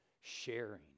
sharing